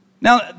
Now